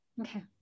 Okay